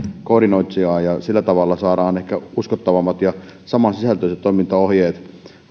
koordinoitsijaan ja sillä tavalla saadaan ehkä uskottavammat ja saman sisältöiset toimintaohjeet